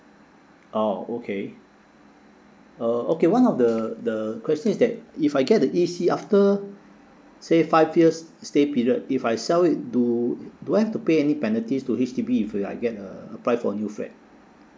oh okay uh okay one of the the question is that if I get the E_C after say five years stay period if I sell it do do I have to pay any penalties to H_D_B if you like get uh apply for new flat